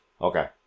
Okay